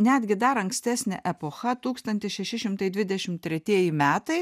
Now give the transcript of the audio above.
netgi dar ankstesnė epocha tūkstantis šeši šimtai dvidešimt tretieji metai